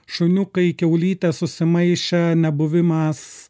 šuniukai kiaulytės susimaišę nebuvimas